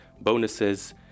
bonuses